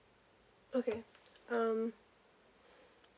okay um